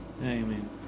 Amen